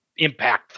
impactful